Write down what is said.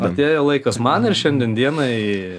atėjo laikas man ir šiandien dienai